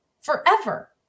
forever